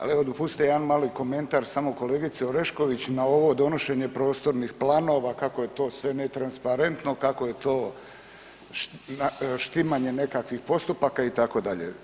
Ali evo dopustite jedan mali komentar samo kolegici Orešković na ovo donošenje prostornih planova kako je to sve ne transparentno, kako je to štimanje nekakvih postupaka itd.